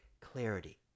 clarity